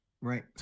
Right